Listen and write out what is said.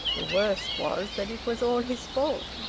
the worst was that it was all his fault.